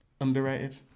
Underrated